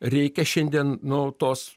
reikia šiandien no tos